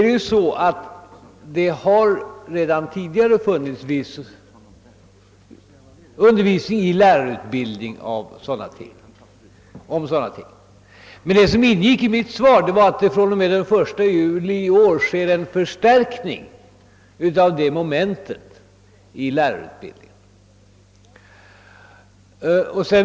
Det har redan tidigare funnits viss undervisning om dessa frågor vid lärarutbildningen. Men det som ingick i mitt svar var att fr.o.m. den 1 juli i år förstärks det momentet i lärarutbildningen.